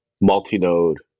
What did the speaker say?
multi-node